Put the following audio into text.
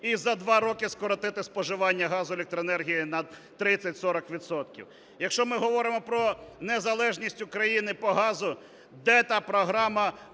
і за два роки скоротити споживання газу, електроенергії на 30-40 відсотків. Якщо ми говоримо про незалежність України по газу, де та програма